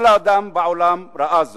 כל אדם בעולם ראה זאת.